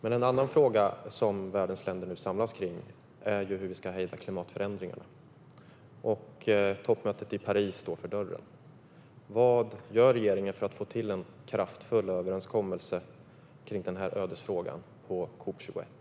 En annan fråga som världens länder nu samlas kring är hur vi ska hejda klimatförändringen. Toppmötet i Paris står för dörren. Vad gör regeringen för att få till en kraftfull överenskommelse i denna ödesfråga på COP 21?